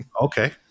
Okay